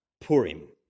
Purim